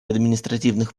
административных